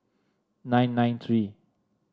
nine nine three